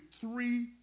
three